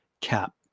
Cap